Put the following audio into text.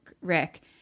Rick